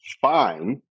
fine